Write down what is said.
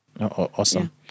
Awesome